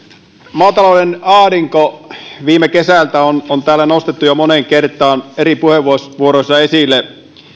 maatalouden ahdinko viime kesältä on on täällä nostettu jo moneen kertaan eri puheenvuoroissa esille